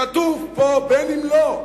כתוב פה "ובין אם לא".